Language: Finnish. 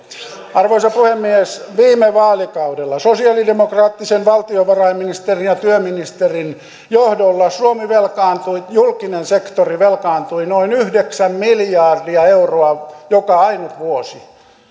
arvoisa puhemies viime vaalikaudella sosialidemokraattisen valtiovarainministerin ja työministerin johdolla suomi velkaantui julkinen sektori velkaantui noin yhdeksän miljardia euroa joka ainut vuosi